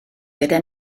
gyda